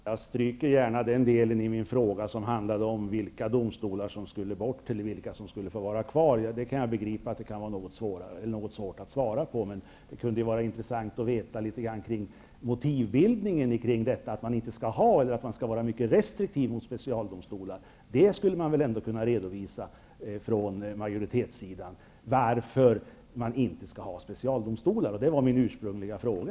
Herr talman! Jag stryker gärna den delen i min fråga som handlade om vilka domstolar som skulle bort och vilka som skulle vara kvar. Det kan jag begripa att det kan vara något svårt att svara på. Men det kunde vara intressant att veta litet grand om motivbildningen kring att man skall vara mycket restriktiv med specialdomstolar. Varför man inte skall ha specialdomstolar skulle väl majoritetssidan ändå kunna redovisa. Det var min ursprungliga fråga.